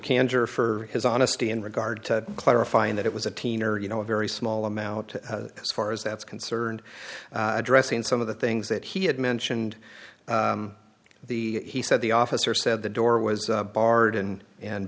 kantor for his honesty in regard to clarifying that it was a teen or you know a very small amount to this far as that's concerned addressing some of the things that he had mentioned the he said the officer said the door was barred and and